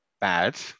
bad